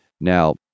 Now